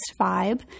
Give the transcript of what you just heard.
vibe